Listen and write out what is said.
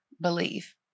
believe